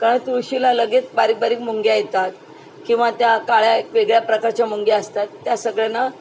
कारण तुळशीला लगेच बारीक बारीक मुंग्या येतात किंवा त्या काळ्या वेगळ्या प्रकारच्या मुंग्या असतात त्या सगळ्यांना